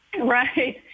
Right